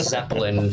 Zeppelin